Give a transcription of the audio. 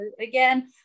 again